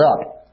up